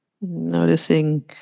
noticing